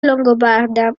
longobarda